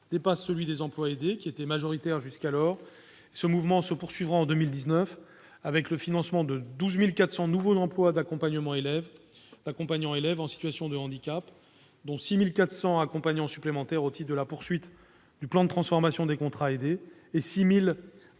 à celui des emplois aidés, qui étaient majoritaires jusqu'alors. Ce mouvement se poursuivra en 2019 avec le financement de 12 400 nouveaux emplois d'accompagnants d'élèves en situation de handicap, dont 6 400 accompagnants supplémentaires au titre de la poursuite du plan de transformation des contrats aidés et 6 000